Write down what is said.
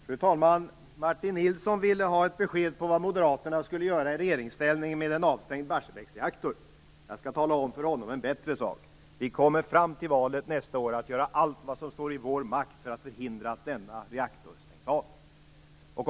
Fru talman! Martin Nilsson ville ha ett besked om vad Moderaterna skulle göra i regeringsställning med en avstängd Barsebäcksreaktor. Jag skall tala om för honom en bättre sak. Fram till valet nästa år kommer vi att göra allt vad som står i vår makt för att förhindra att denna reaktor stängs av.